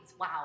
Wow